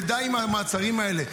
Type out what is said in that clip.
ודי עם המעצרים האלה.